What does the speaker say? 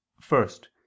First